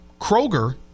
kroger